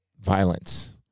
violence